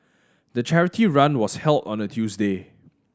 the charity run was held on a Tuesday